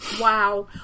Wow